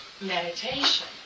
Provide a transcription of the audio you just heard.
meditation